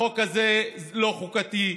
החוק הזה לא חוקתי,